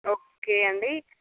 okay అండి